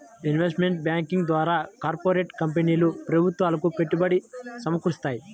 investment banking ద్వారా corporate కంపెనీలు ప్రభుత్వాలకు పెట్టుబడి సమకూరుత్తాయి